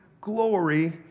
glory